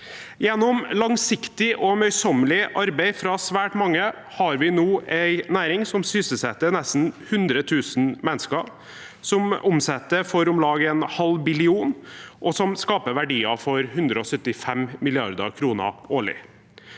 Gjennom langsiktig og møysommelig arbeid fra svært mange har vi nå en maritim næring som sysselsetter nesten 100 000 mennesker, som omsetter for om lag en halv billion kroner, og som skaper verdier for 175 mrd. kr årlig.